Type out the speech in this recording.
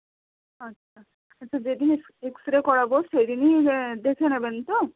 আচ্ছা আচ্ছা যেদিন এক্স রে করাবো সেদিনই দেখে নেবেন তো